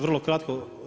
Vrlo kratko.